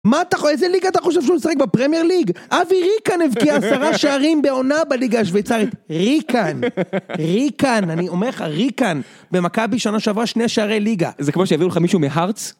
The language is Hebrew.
מה אתה חו.. איזה ליגה אתה חושב שהוא צריג בפרמיאר ליג? אבי ריקן הבכי עשרה שערים בעונה בליגה השוויצרית. ריקן, ריקן, אני אומר לך, ריקן. במכבי, שנה שעברה, שני שערי ליגה. זה כמו שיביאו לך מישהו מ-hearts?